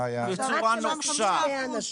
בצורה נוקשה.